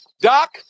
Doc